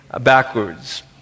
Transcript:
backwards